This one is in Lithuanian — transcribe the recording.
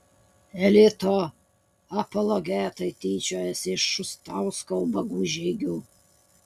elito apologetai tyčiojasi iš šustausko ubagų žygių